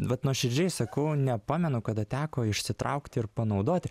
vat nuoširdžiai sakau nepamenu kada teko išsitraukti ir panaudoti